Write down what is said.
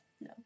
No